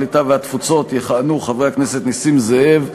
הקליטה והתפוצות יכהנו חברי הכנסת נסים זאב,